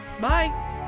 Bye